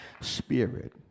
spirit